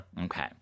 Okay